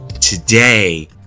Today